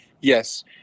Yes